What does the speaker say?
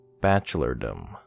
Bachelordom